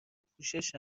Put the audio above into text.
پوشش